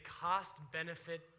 cost-benefit